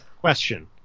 Question